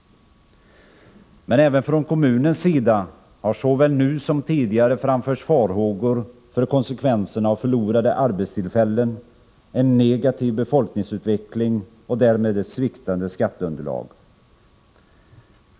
Men även från kommunens sida har såväl nu som tidigare framförts farhågor för konsekvenserna av förlorade arbetstillfällen, en negativ befolkningsutveckling och därmed ett sviktande skatteunderlag.